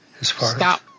Stop